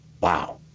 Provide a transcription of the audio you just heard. Wow